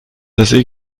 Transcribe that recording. así